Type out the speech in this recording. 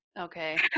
Okay